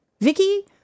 Vicky